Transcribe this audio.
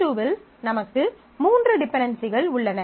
R2 இல் நமக்கு மூன்று டிபென்டென்சிகள் உள்ளன